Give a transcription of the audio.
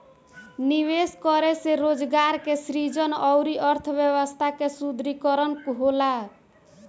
निवेश करे से रोजगार के सृजन अउरी अर्थव्यस्था के सुदृढ़ीकरन होला